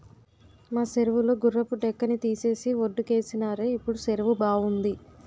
మా సెరువు లో గుర్రపు డెక్కని తీసేసి వొడ్డుకేసినారు ఇప్పుడు సెరువు బావుంది